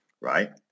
right